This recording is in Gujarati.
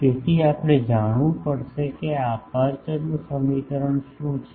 તેથી આપણે જાણવું પડશે કે આ અપેર્ચરનું સમીકરણ શું છે